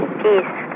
peace